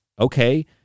okay